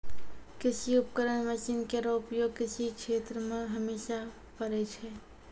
कृषि उपकरण मसीन केरो उपयोग कृषि क्षेत्र मे हमेशा परै छै